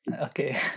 Okay